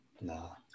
No